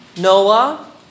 Noah